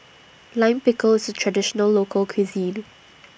Lime Pickle IS A Traditional Local Cuisine